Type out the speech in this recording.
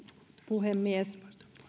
puhemies